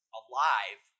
alive